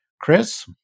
Chris